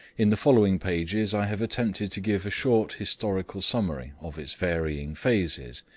in the following pages i have attempted to give a short historical summary of its varying phases,